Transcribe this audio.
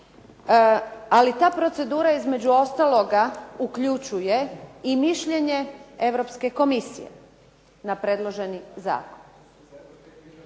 ali ta procedura između ostaloga uključuje i mišljenje Europske Komisije na predloženi zakon.